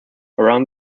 around